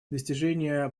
достижения